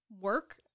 work